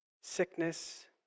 sickness